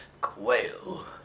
quail